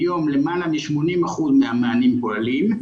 היום למעלה מ-80% מהמענים פועלים.